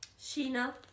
Sheena